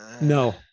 no